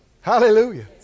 Hallelujah